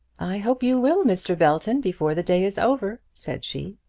i hope you will, mr. belton, before the day is over, said she.